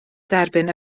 derbyn